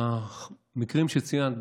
המקרים שציינת,